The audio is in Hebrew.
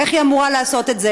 איך היא אמורה לעשות את זה?